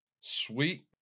Sweet